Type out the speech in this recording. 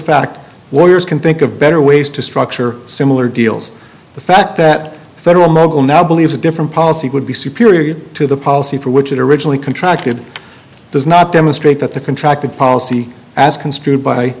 warriors can think of better ways to structure similar deals the fact that the federal mogul now believes a different policy would be superior to the policy for which it originally contracted does not demonstrate that the contract of policy as construed by